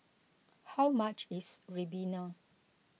how much is Ribena